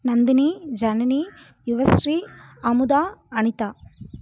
Nandini Janani Yuvashree Amutha Anitha